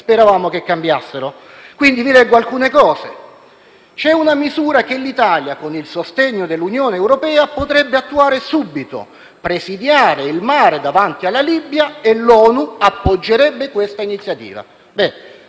speravamo che cambiassero. E, quindi, diremo alcune cose. C'è una misura che l'Italia, con il sostegno dell'Unione europea, potrebbe attuare subito: presidiare il mare davanti alla Libia, e l'ONU appoggerebbe questa iniziativa.